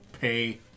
pay